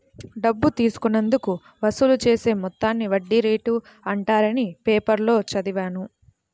డబ్బు తీసుకున్నందుకు వసూలు చేసే మొత్తాన్ని వడ్డీ రేటు అంటారని పేపర్లో చదివాను